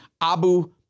Abu